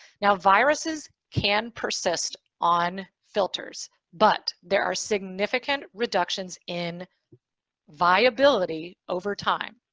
now viruses can persist on filters, but there are significant reductions in viability over time.